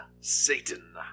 Satan